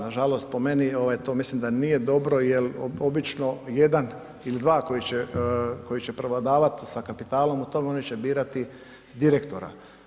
Nažalost, po meni to mislim da nije dobro jel obično jedan ili dva koji će prevladavat sa kapitalom o tome, oni će birati direktora.